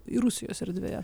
ir rusijos erdvėje